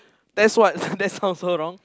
that's what that's sounds so wrong